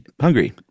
hungry